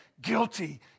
guilty